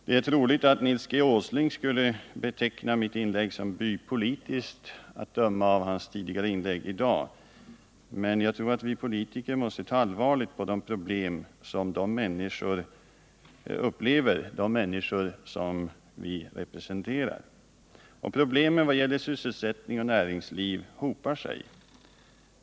Att döma av Nils G. Åslings inlägg i dagens debatt är det troligt att han skulle beteckna mitt inlägg som bypolitiskt, men jag tror att vi politiker måste ta allvarligt på de problem som rör de människor vi representerar. Problemen vad gäller sysselsättning och näringsliv hopar sig.